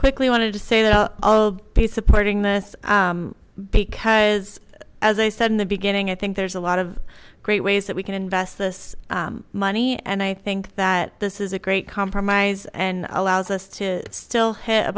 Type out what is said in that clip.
quickly want to say that piece supporting this because as i said in the beginning i think there's a lot of great ways that we can invest this money and i think that this is a great compromise and allows us to still have a